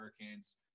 hurricanes